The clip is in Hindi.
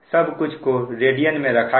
सब कुछ को रेडियन में रखा गया